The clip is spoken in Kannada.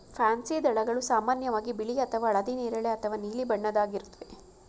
ಪ್ಯಾನ್ಸಿ ದಳಗಳು ಸಾಮಾನ್ಯವಾಗಿ ಬಿಳಿ ಅಥವಾ ಹಳದಿ ನೇರಳೆ ಅಥವಾ ನೀಲಿ ಬಣ್ಣದ್ದಾಗಿರುತ್ವೆ